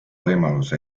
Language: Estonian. võimalus